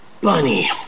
Bunny